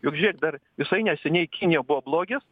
juk žiūrėk dar visai neseniai kinija buvo blogis